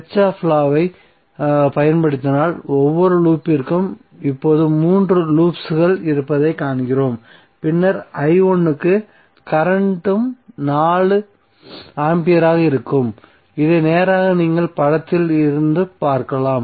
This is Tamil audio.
கிர்ச்சோஃப் லாவைப் Kirchhoffs law பயன்படுத்தினால் ஒவ்வொரு லூப்பிற்கும் இப்போது 3 லூப்ஸ் இருப்பதைக் காண்கிறோம் பின்னர் க்கு கரண்ட்ம் 4 ஆம்பியராக இருக்கும் இதை நேராக நீங்கள் படத்தில் இருந்து பார்க்கலாம்